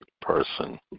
person